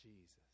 Jesus